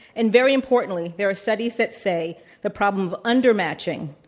and, very importantly, there are studies that say the problem of under matching,